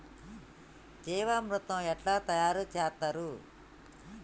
జీవామృతం ఎట్లా తయారు చేత్తరు?